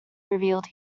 revealed